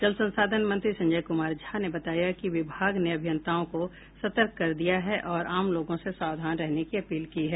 जल संसाधन मंत्री संजय कुमार झा ने बताया है कि विभाग ने अभियंताओं को सतर्क कर दिया है और आम लोगों से सावधान रहने की अपील की है